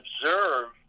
observe